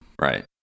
Right